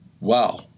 Wow